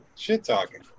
shit-talking